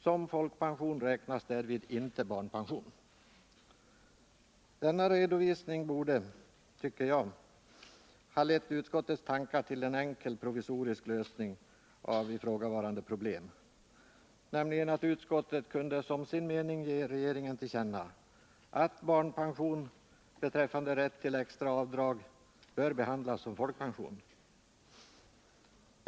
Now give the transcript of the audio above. Som folkpension räknas därvid inte barnpension.” Denna redovisning borde, tycker jag, ha lett utskottets tankar till en enkel provisorisk lösning av ifrågavarande problem, nämligen den att utskottet kunde som sin mening ge regeringen till känna att barnpension beträffande rätt till extra avdrag bör behandlas som folkpension.